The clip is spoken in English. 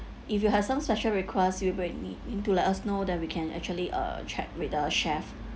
if you have some special request you directly in to let us know that we can actually uh check with the chef